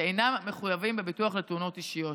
שאינם מחויבים בביטוח לתאונות אישיות.